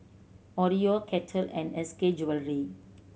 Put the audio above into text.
Oreo Kettle and S K Jewellery